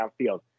downfield